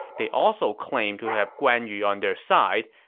they also claimed to have guan yu on their side,